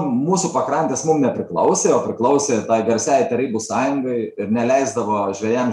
mūsų pakrantės mum nepriklausė o priklausė tai garsiai tarybų sąjungai ir neleisdavo žvejam